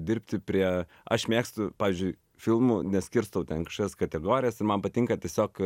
dirbti prie aš mėgstu pavyzdžiui filmų neskirstau ten į kažkokias kategorijas ir man patinka tiesiog